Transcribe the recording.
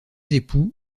époux